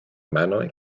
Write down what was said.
manoj